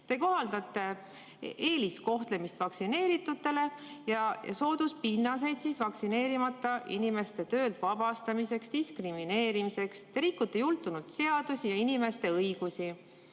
Te kohaldate eeliskohtlemist vaktsineeritutele ja sooduspinnast vaktsineerimata inimeste töölt vabastamiseks, diskrimineerimiseks. Te rikute jultunult seadusi ja inimeste õigusi